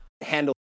handle